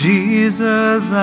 Jesus